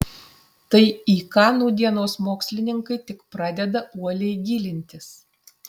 tai į ką nūdienos mokslininkai tik pradeda uoliai gilintis